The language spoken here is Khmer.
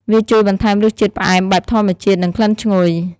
វាជួយបន្ថែមរសជាតិផ្អែមបែបធម្មជាតិ និងក្លិនឈ្លុយ។